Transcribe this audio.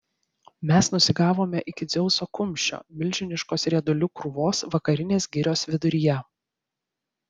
mes nusigavome iki dzeuso kumščio milžiniškos riedulių krūvos vakarinės girios viduryje